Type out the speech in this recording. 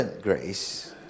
grace